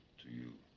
to you.